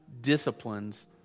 disciplines